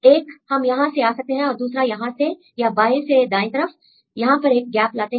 एक हम यहां से आ सकते हैं और दूसरा यहां से या बाएं से दाएं तरफ यहां पर एक गैप लाते हैं